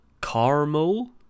Caramel